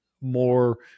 more